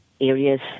areas